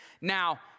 Now